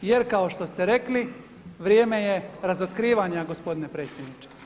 Jer kao što ste rekli vrijeme je razotkrivanja gospodine predsjedniče.